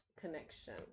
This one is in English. connection